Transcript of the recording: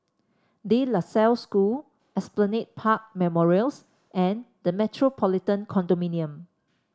De La Salle School Esplanade Park Memorials and The Metropolitan Condominium